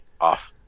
off